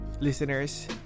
listeners